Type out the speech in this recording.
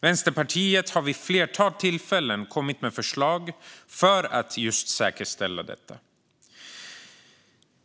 Vänsterpartiet har vid ett flertal tillfällen kommit med förslag för att säkerställa just detta.